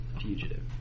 fugitive